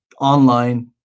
online